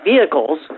vehicles